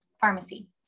pharmacy